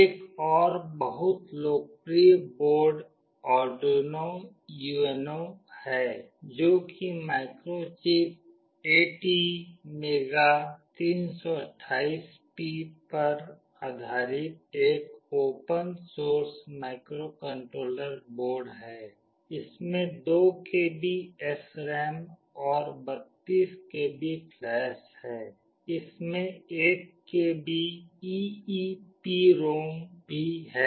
एक और बहुत लोकप्रिय बोर्ड आर्डुइनो UNO है जो कि माइक्रोचिप ATmega328P पर आधारित एक ओपन सोर्स माइक्रोकंट्रोलर बोर्ड है इसमें 2 केबी SRAM और 32 केबी फ्लैश है इसमें 1 केबी EEPROM भी है